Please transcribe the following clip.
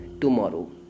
tomorrow